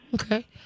Okay